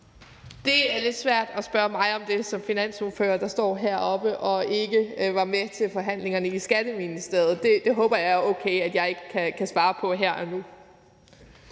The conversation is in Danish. Det er lidt svært at spørge mig om det som finansordfører, der står heroppe og ikke var med til forhandlingerne i Skatteministeriet. Det håber jeg er okay at jeg ikke kan svare på her og nu.